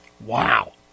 Wow